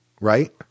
right